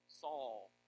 Saul